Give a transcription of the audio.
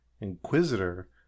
Inquisitor